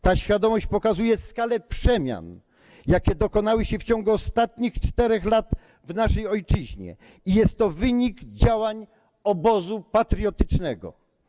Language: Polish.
Ta świadomość pokazuje skalę przemian, jakie dokonały się w ciągu ostatnich 4 lat w naszej ojczyźnie, i jest to wynik działań obozu patriotycznego.